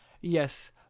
Yes